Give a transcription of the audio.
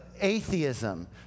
atheism